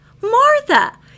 Martha